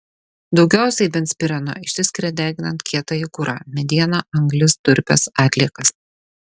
daugiausiai benzpireno išsiskiria deginant kietąjį kurą medieną anglis durpes atliekas